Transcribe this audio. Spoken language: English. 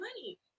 money